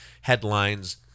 headlines